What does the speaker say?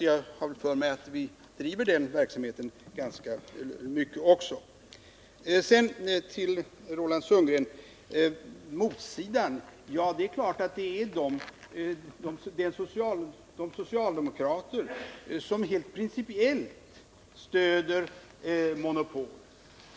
Jag tycker att vi driver den verksamheten i rätt stor utsträckning också. Så några ord till Roland Sundgren. Motsidan är naturligtvis de socialdemokrater som helt principiellt stöder monopol.